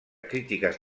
crítiques